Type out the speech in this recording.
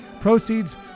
Proceeds